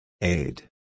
Aid